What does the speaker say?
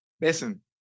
Listen